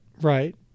Right